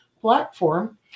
platform